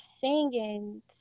singing